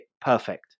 perfect